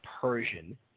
Persian